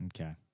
okay